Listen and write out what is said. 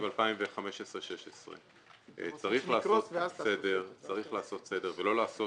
2016-2015. צריך לעשות סדר ולא לעשות